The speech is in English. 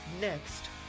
next